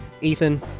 Ethan